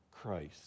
Christ